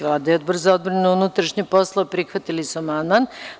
Vlada i Odbor za odbranu i unutrašnje poslove prihvatili su amandman.